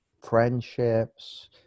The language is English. friendships